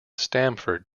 stamford